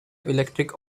electric